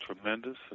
tremendous